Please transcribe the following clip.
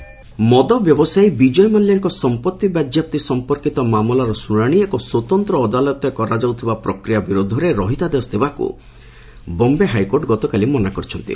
ମାଲ୍ୟା ଏଚ୍ସି ମଦ ବ୍ୟବସାୟୀ ବିଜୟ ମାଲ୍ୟାଙ୍କ ସମ୍ପର୍ତି ବାଜ୍ୟାପ୍ତି ସମ୍ପର୍କିତ ମାମଲାର ଶ୍ରଣାଣି ଏକ ସ୍ୱତନ୍ତ୍ର ଅଦାଲତରେ କରାଯାଉଥିବା ପ୍ରକ୍ରିୟା ବିରୋଧରେ ରହିତାଦେଶ ଦେବାକୁ ବମ୍ବେ ହାଇକୋର୍ଟ ଗତକାଲି ମନା କରିଦେଇଛନ୍ତି